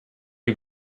you